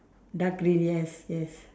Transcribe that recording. dark green yes yes